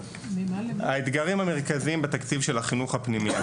האתגרים המרכזיים בתקציב של החינוך הפנימייתי.